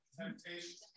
Temptations